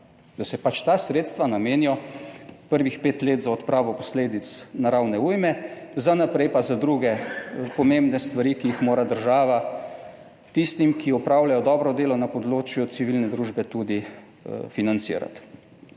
da se ta sredstva namenijo prvih 5 let za odpravo posledic naravne ujme, za naprej pa za druge pomembne stvari, ki jih mora država tistim, ki opravljajo dobro delo na področju civilne družbe tudi financirati.